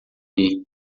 lhe